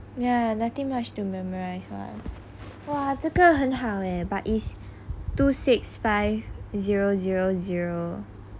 ya nothing much to memorize [one] !wah! 这个很好耶 but two six five zero zero zero